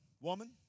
Woman